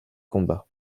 combat